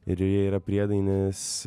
ir joje yra priedainis